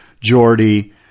Jordy